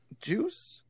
juice